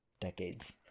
decades